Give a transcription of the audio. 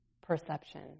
perception